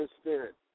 spirit